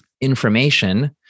information